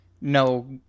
no